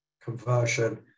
conversion